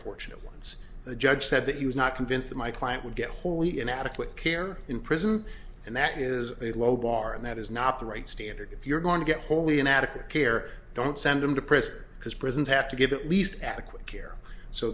unfortunate ones the judge said that he was not convinced that my client would get wholly inadequate care in prison and that is a low bar and that is not the right standard if you're going to get wholly inadequate care don't send him depressed because prisons have to give at least adequate care so